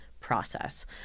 process